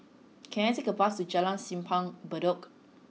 can I take a bus to Jalan Simpang Bedok